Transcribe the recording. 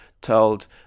told